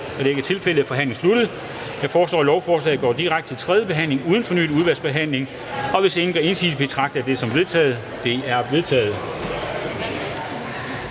Da det ikke er tilfældet, er forhandlingen sluttet. Jeg foreslår, at lovforslaget går direkte til tredje behandling uden fornyet udvalgsbehandling, og hvis ingen gør indsigelse, betragter jeg det som vedtaget. Det er vedtaget.